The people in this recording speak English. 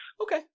Okay